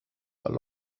are